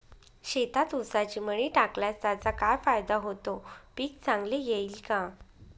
शेतात ऊसाची मळी टाकल्यास त्याचा काय फायदा होतो, पीक चांगले येईल का?